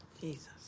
Jesus